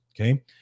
Okay